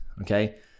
okay